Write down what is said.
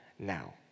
now